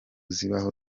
zibaho